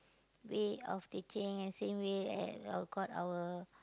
way of teaching and same way at our got our